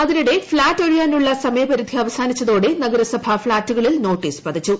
അതിനിടെ ഫ്ളാറ്റ് ഒഴിയാനുള്ള സമയപരിധി അവസാനിച്ചതോടെ നഗരസഭ ഫ്ളാറ്റുകളിൽ നോട്ടീസ് പതിച്ചു